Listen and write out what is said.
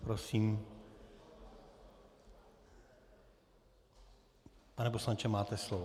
Prosím, pane poslanče, máte slovo.